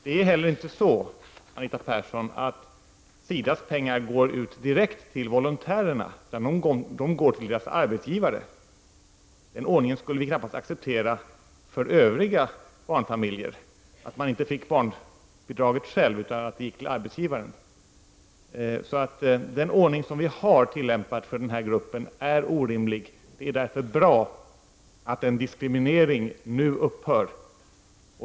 Det är inte heller så, Anita Persson, att SIDAs pengar går direkt till volontärerna, utan de går till deras arbetsgivare. Den ordningen skulle vi knappast acceptera för övriga barnfamiljer, dvs. att man inte får barnbidraget själv utan att det går till arbetsgivaren. Den ordning som vi har tillämpat för den ifrågavarande gruppen är alltså orimlig. Därför är det bra att diskrimineringen nu upphör.